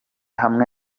hamwe